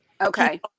Okay